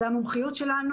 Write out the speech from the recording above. זו המומחיות שלנו.